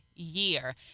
year